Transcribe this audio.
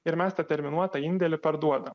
ir mes tą terminuotą indėlį parduodam